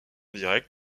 directe